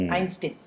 Einstein